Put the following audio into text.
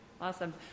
Awesome